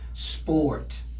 Sport